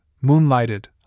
moonlighted